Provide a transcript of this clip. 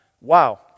wow